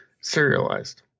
serialized